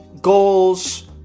Goals